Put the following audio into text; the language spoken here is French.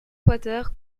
quater